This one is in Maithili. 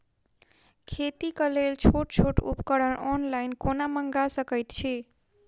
खेतीक लेल छोट छोट उपकरण ऑनलाइन कोना मंगा सकैत छी?